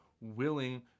willing